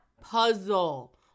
puzzle